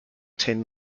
tin